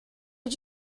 did